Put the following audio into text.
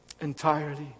entirely